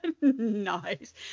Nice